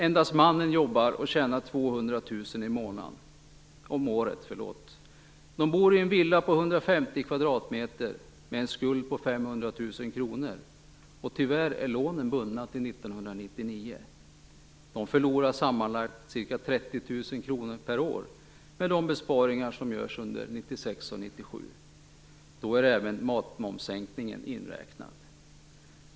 Endast mannen jobbar, och han tjänar 200 000 kr om året. De bor i en villa på 150 kvadratmeter med en skuld på 500 000 kr, och tyvärr är lånen bundna till 1999. De förlorar sammanlagt ca 30 000 kr per år med de besparingar som görs under 1996 och 1997. Då är även matmomssänkningen inräknad.